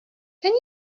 can